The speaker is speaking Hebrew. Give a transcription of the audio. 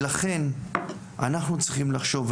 ולכן אנחנו צריכים לחשוב,